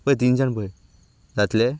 पळय तिनशान पळय जातलें